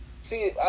see